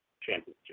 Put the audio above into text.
Championship